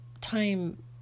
time